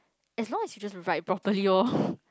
as long as you just write properly lor